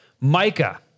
Micah